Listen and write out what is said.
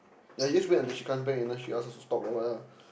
yea you just wait until she comes back and she ask us to stop or what lah